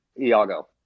Iago